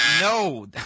no